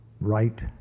right